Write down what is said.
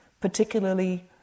particularly